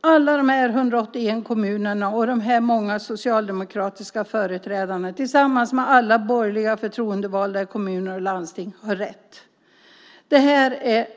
Alla de här 181 kommunerna och de många socialdemokratiska företrädarna tillsammans med alla borgerliga förtroendevalda i kommuner och landsting har rätt.